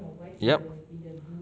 yup